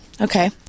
okay